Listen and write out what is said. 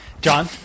John